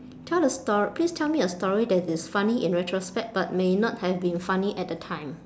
tell a stor~ please tell me a story that is funny in retrospect but may not have been funny at the time